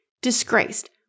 disgraced